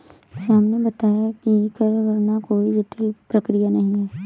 श्याम ने बताया कि कर गणना कोई जटिल प्रक्रिया नहीं है